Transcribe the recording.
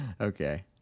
Okay